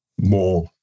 more